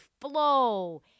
flow